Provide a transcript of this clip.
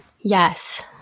Yes